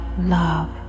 love